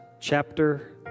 chapter